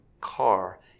car